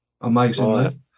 Amazingly